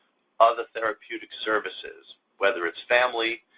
other therapeutic services, whether it's family,